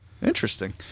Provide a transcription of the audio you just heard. Interesting